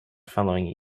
following